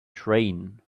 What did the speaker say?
train